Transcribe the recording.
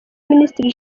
minisitiri